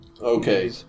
Okay